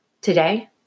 Today